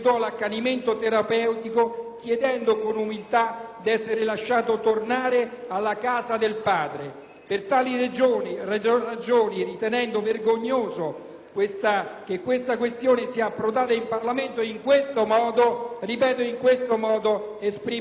chiedendo con umiltà di essere lasciato tornare alla casa del Padre. Per tali ragioni, ritenendo vergognoso che tale questione sia approdata in Parlamento in questo modo, esprimo il mio voto contrario.